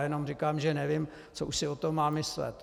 Jenom říkám, že nevím, co si o tom mám myslet.